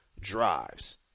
drives